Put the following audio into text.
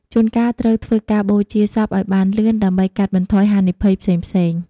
ជួនកាលត្រូវធ្វើការបូជាសពឲ្យបានលឿន ដើម្បីកាត់បន្ថយហានិភ័យផ្សេងៗ។